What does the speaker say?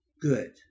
good